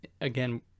again